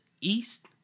East